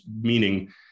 meaning